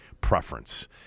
preference